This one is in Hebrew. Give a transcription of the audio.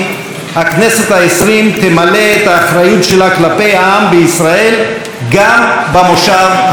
הכנסת העשרים תמלא את האחריות שלה כלפי העם בישראל גם במושב האחרון.